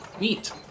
meet